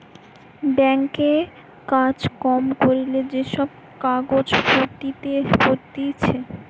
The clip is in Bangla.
ব্যাঙ্ক এ কাজ কম করিলে যে সব কাগজ পাতিছে